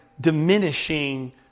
diminishing